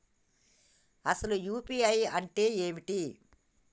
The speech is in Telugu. అసలు యూ.పీ.ఐ అంటే ఏమిటి?